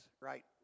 right